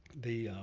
the